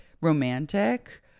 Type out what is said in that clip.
romantic